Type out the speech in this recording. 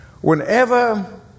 whenever